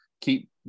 keep